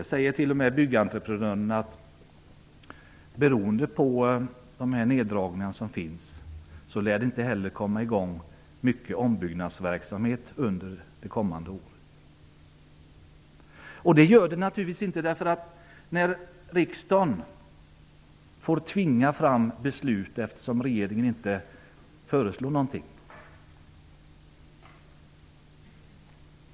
Även Byggentreprenörerna säger att beroende på de neddragningar som gjorts lär det inte heller komma i gång mycket ombyggnadsverksamhet under det kommande året. Det gör det naturligtvis inte därför att riksdagen får tvinga fram beslut, eftersom regeringen inte föreslår någonting.